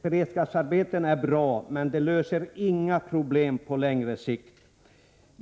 Beredskapsarbeten är bra, men de löser inga problem på längre sikt.